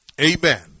amen